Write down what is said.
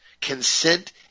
consent